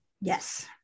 yes